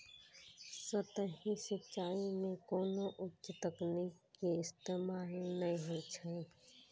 सतही सिंचाइ मे कोनो उच्च तकनीक के इस्तेमाल नै होइ छै